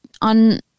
on